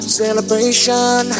celebration